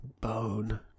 Bone